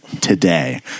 today